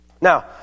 Now